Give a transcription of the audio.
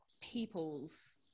people's